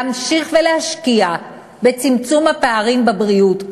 להמשיך ולהשקיע בצמצום הפערים בבריאות,